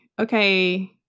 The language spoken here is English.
okay